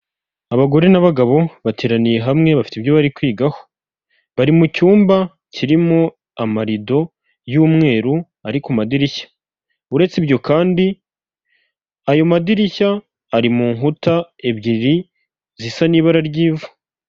Abagore n'abagabo bateraniye hamwe bafite ibyo bari kwigaho, bari mu cyumba kirimo amarido y'umweru ari kumadirishya, uretse ibyo kandi, ayo madirishya ari mu nkuta ebyiri zisa n'ibara ry'ivu.